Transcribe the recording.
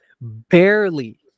barely